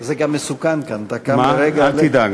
זה גם מסוכן כאן, אתה קם לרגע, אל תדאג,